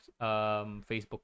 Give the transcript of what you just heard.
Facebook